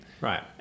Right